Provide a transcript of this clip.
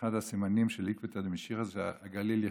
אחד הסימנים של עקבתא דמשיחא הוא שהגליל ייחרב.